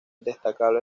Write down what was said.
destacable